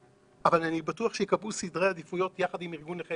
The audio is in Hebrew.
אבל אני בטוח שייקבעו סדרי עדיפויות יחד עם ארגון נכי